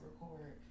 record